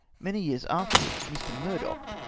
many years afterwards, mr. murdoch,